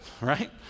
right